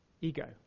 Ego